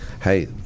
hey